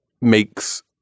makes